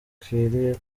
akwiriye